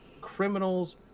criminals